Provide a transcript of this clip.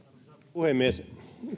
puhemies